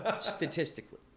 Statistically